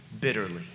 bitterly